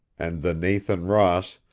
and the nathan ross,